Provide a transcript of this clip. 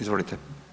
Izvolite.